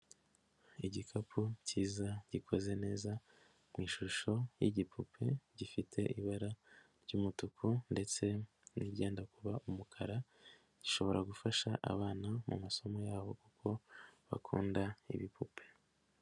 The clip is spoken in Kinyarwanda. Igikapu kiza gikoze neza mu ishusho y'igipupe, gifite ibara ry'umutuku ndetse n'iryenda kuba umukara, gishobora gufasha abana mu masomo yabo kuko bakunda ibipupe.